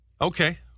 Okay